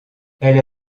elle